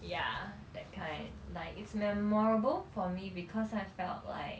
ya that kind like it's memorable for me because I felt like